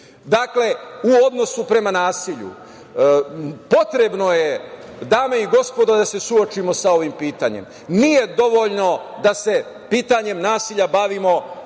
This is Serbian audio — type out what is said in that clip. dakle u odnosu prema nasilju. Potrebno je dame i gospodo, da se suočimo sa ovim pitanjem. Nije dovoljno da se pitanjem nasilja bavimo